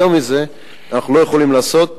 יותר מזה אנחנו לא יכולים לעשות.